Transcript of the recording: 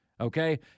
Okay